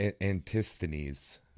Antisthenes